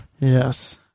Yes